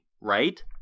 right